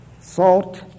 Salt